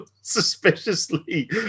suspiciously